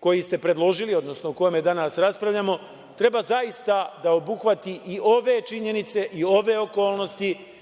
koji ste predložili, odnosno o kome danas raspravljamo, treba zaista da obuhvati i ove činjenice i ove okolnosti,